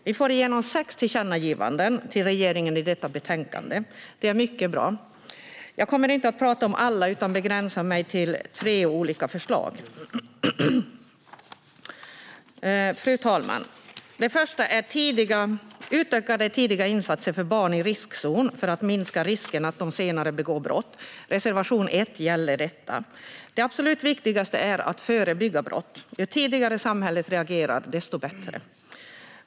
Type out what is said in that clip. Vi får igenom sex tillkännagivanden till regeringen i detta betänkande. Det är mycket bra. Jag kommer inte att prata om alla förslag utan begränsar mig till tre olika förslag. Fru talman! Det första förslaget handlar om utökade tidiga insatser för barn i riskzon för att minska risken att de senare begår brott. Reservation 1 handlar om detta. Det absolut viktigaste är att förebygga brott. Ju tidigare samhället reagerar, desto bättre.